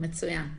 מצוין.